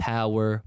Power